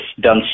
done